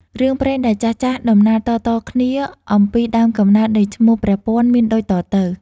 រឿងព្រេងដែលចាស់ៗដំណាលតៗគ្នាអំពីដើមកំណើតនៃឈ្មោះ "ព្រះពាន់" មានដូចតទៅ។